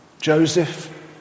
Joseph